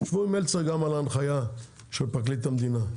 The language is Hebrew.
שבו עם מלצר גם על ההנחיה של פרקליט המדינה,